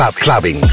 clubbing